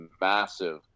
massive